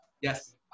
Yes